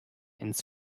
ins